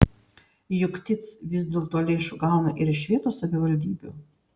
juk tic vis dėlto lėšų gauna ir iš vietos savivaldybių